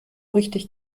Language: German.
richtig